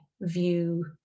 view